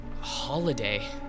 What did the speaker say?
Holiday